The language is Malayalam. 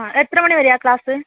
ആ എത്ര മണി വരെയാണ് ക്ലാസ്